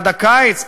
עד הקיץ,